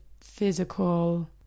physical